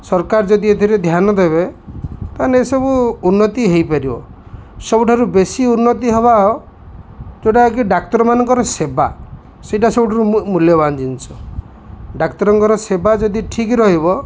ସରକାର ଯଦି ଏଥିରେ ଧ୍ୟାନ ଦେବେ ତାହେଲେ ଏସବୁ ଉନ୍ନତି ହେଇପାରିବ ସବୁଠାରୁ ବେଶୀ ଉନ୍ନତି ହବା ଯେଉଁଟାକି ଡାକ୍ତରମାନଙ୍କର ସେବା ସେଇଟା ସବୁଠାରୁ ମୂଲ୍ୟବାନ ଜିନିଷ ଡାକ୍ତରଙ୍କର ସେବା ଯଦି ଠିକ ରହିବ